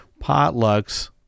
potlucks